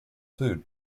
food